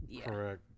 Correct